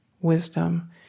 wisdom